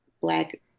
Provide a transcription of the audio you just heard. black